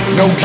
no